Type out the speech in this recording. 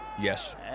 Yes